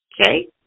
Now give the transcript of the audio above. Okay